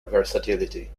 versatility